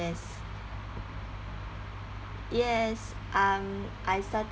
yes yes um I start